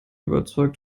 überzeugt